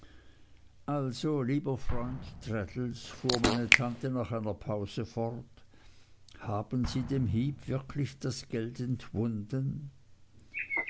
also lieber freund traddles fuhr meine tante nach einer pause fort haben sie dem heep wirklich das geld entwunden